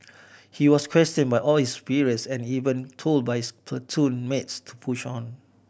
he was questioned by all his superiors and even told by his platoon mates to push on